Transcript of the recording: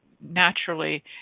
naturally